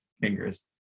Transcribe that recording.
fingers